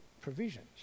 provisions